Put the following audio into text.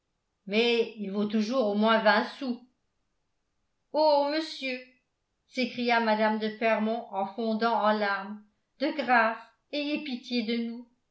mais il vaut toujours au moins vingt sous oh monsieur s'écria mme de fermont en fondant en larmes de grâce ayez pitié de nous